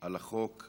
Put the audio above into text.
על הצעת החוק.